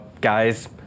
guys